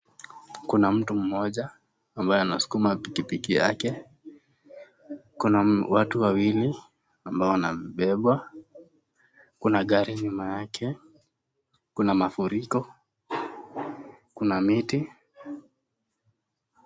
Kuna mtu mmoja ambaye anasukuma pikipiki yake, kuna watu wawili ambao wanabebwa kuna gari nyuma yake, kuna mafuriko, kuna miti.